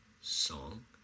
song